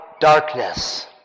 darkness